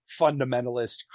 fundamentalist